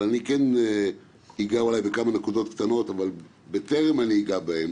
אני אגע בכמה נקודות קטנות, אבל בטרם אני אגע בהן